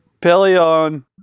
Pelion